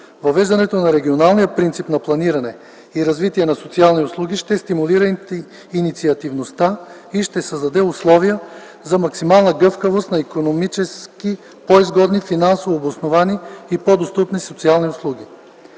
Въвеждането на регионалния принцип на планиране и развитие на социални услуги ще стимулира инициативността и ще създаде условия за максимална гъвкавост на икономически по изгодни, финансово обосновани и по достъпни социални услуги.